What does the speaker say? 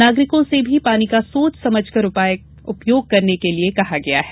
नागरिकों से भी पानी का सोच समझकर उपयोग करने के लिए कहा गया है